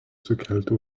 sukelti